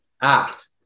act